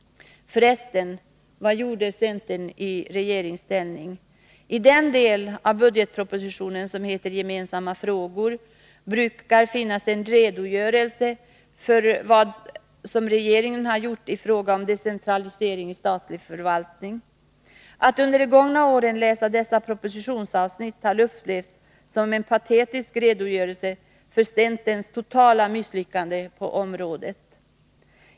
För resten, vad gjorde centern i regeringsställning? I den del av budgetpropositionen som heter Gemensamma frågor brukar finnas en redogörelse för vad regeringen har gjort i fråga om decentralisering i statsförvaltningen. Under de gångna åren har dessa propositionsavsnitt upplevts som en patetisk redogörelse för centerns totala misslyckande på området.